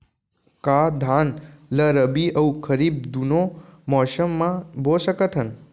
का धान ला रबि अऊ खरीफ दूनो मौसम मा बो सकत हन?